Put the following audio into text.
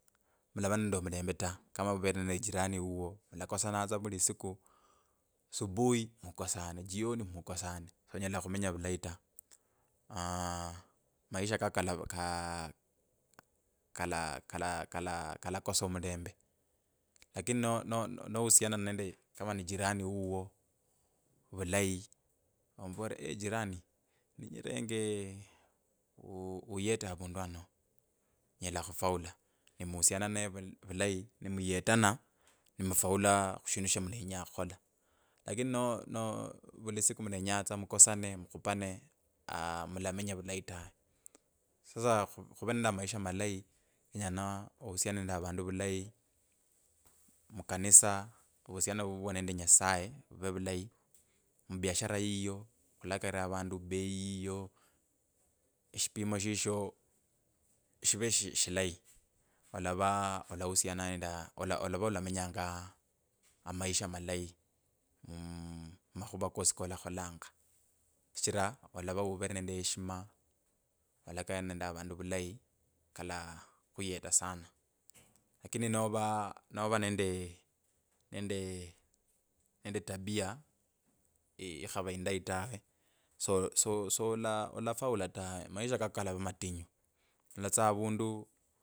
Mulava nende omulembe ta kama uvere nende jirani wuwo, mlakosana tsa vili siku, subui mukasane, jioni mukasane, sonyela khumenya vulayi ta. maisha kako kalavaa kaa kala kala kalakosa omulembe, lakini no no nohusiana nende kama ni jirai wuwo vulayi omuvorere jirani ninyirenge u uyete avundu ano anyela khufaulu, ni muhusiana ninaye vulayi ni muyetena ni mufaulu mu shindu sho mulenya khukhola. lakini no- no vulisiku mulenya tsa mukasane, mukhupana aas mulamenya vulayi tawe. Sasa khuvaa nende avandu bei yiyo eshipimo shishyo shivee shi shilayi. Olavaa olahusiana nende aaa ala olavaa alamenyaga a maisha malayi mmmh mumakhuva kasi kolakholanga shichira olava uvere nende heshima, olalakanyanga nende avandu vulayi, kala kalakhuyeta sana. Lakini nova nende nende tabia ikhava indai ta so- sola solafaulu tawe, maisha kaku kalava matinyu olola tsa avandu